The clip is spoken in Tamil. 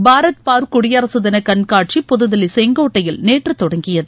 பாரத் பார்வ் குடியரசு தின கண்காட்சி புதுதில்லி செங்கோட்டையில் நேற்று தொடங்கியது